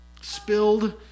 spilled